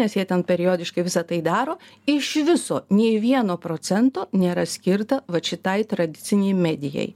nes jie ten periodiškai visą tai daro iš viso nei vieno procento nėra skirta vat šitai tradicinei medijai